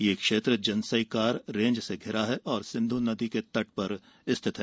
यह क्षेत्र जन्सईकार रेंज से धिरा है और सिन्धु नदी के तट पर स्थित है